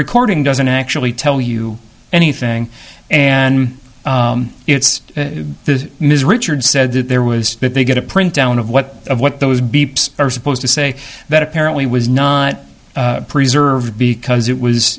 recording doesn't actually tell you anything and it's this ms richard said that there was that they get a print down of what of what those beeps are supposed to say that apparently was not preserved because it was